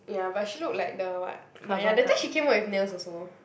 ya but she look like the what but ya that time she came work with nails also